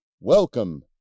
Welcome